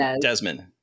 Desmond